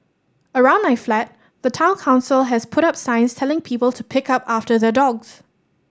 around my flat the Town Council has put up signs telling people to pick up after their dogs